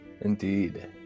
Indeed